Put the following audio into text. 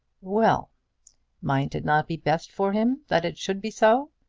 well might it not be best for him that it should be so?